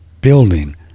Building